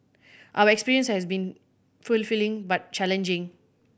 our experience has been fulfilling but challenging